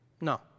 No